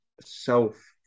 self